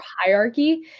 hierarchy